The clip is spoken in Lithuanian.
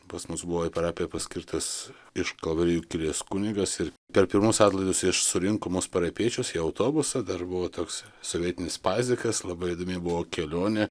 pas mus buvo į parapiją paskirtas iš kalvarijų kilęs kunigas ir per pirmus atlaidus jis surinko mus parapijiečius į autobusą dar buvo toks sovietinis pazikas labai įdomi buvo kelionė